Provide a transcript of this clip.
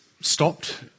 stopped